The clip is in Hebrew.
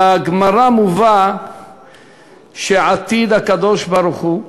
בגמרא מובא שעתיד הקדוש-ברוך-הוא,